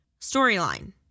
storyline